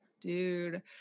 Dude